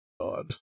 God